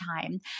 time